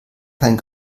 kein